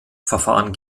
verfahren